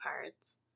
parts